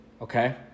Okay